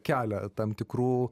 kelia tam tikrų